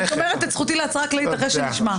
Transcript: שומרת זכותי להצהרה כללית אחרי שנשמע.